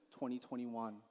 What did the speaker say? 2021